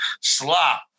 slop